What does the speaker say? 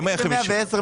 הגיע ל-110,